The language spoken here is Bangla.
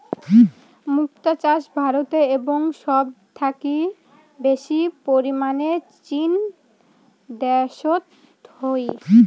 মুক্তা চাষ ভারতে এবং সব থাকি বেশি পরিমানে চীন দ্যাশোত হই